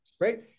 Right